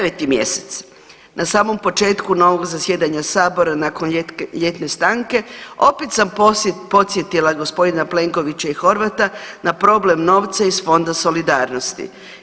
9. mjesec na samom početku novog zasjedanja sabora nakon ljetne stanke opet sam podsjetila gospodina Plenkovića i Horvata na problem novca iz Fonda solidarnosti.